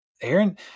Aaron